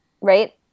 Right